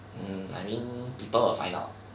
um people will find out